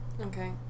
Okay